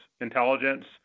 intelligence